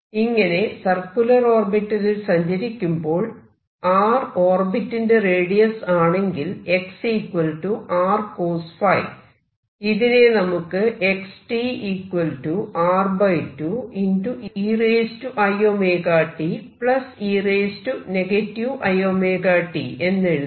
ഇങ്ങനെ സർക്യൂലർ ഓർബിറ്റലിൽ സഞ്ചരിക്കുമ്പോൾ R ഓർബിറ്റിന്റെ റേഡിയസ് ആണെങ്കിൽ ഇതിനെ നമുക്ക് എന്നെഴുതാം